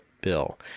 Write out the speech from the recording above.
bill